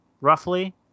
roughly